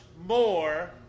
more